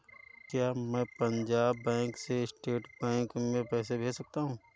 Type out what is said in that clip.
क्या मैं पंजाब बैंक से स्टेट बैंक में पैसे भेज सकता हूँ?